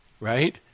right